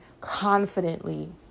confidently